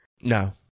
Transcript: No